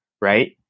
right